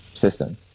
system